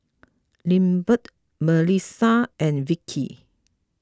Lindbergh Milissa and Vickie